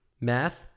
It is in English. Math